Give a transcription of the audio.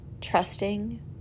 Trusting